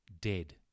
dead